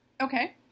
Okay